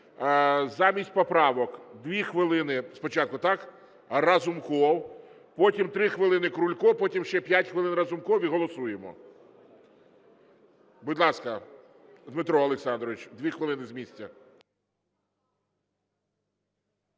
Замість поправок 2 хвилини спочатку, так, Разумков, потім 3 хвилини – Крулько, потім ще 5 хвилин – Разумков і голосуємо. Будь ласка, Дмитро Олександрович, 2 хвилини, з місця.